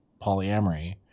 polyamory